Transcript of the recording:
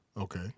Okay